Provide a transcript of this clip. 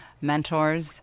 mentors